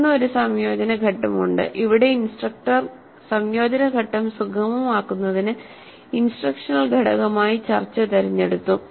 തുടർന്ന് ഒരു സംയോജന ഘട്ടമുണ്ട് ഇവിടെ ഇൻസ്ട്രക്ടർ സംയോജന ഘട്ടം സുഗമമാക്കുന്നതിന് ഇൻസ്ട്രക്ഷണൽ ഘടകമായി ചർച്ച തിരഞ്ഞെടുത്തു